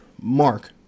mark